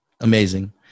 amazing